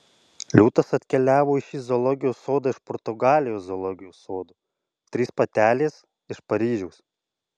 liūtas atkeliavo į šį zoologijos sodą iš portugalijos zoologijos sodo trys patelės iš paryžiaus